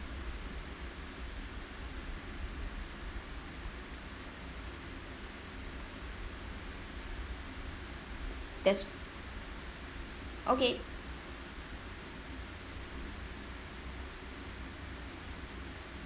that's okay